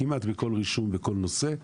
כמעט בכל רישום בכל נושא,